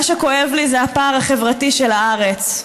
מה שכואב לי זה הפער החברתי של הארץ.